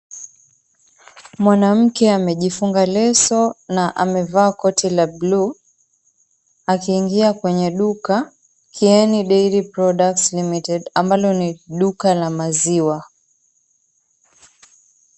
Mwanamke amejifunga leso na amevaa koti ya blue akiingia kwenye duka Kieni Dairy Products Limited, ambayo ni duka la maziwa.